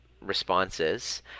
responses